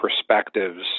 perspectives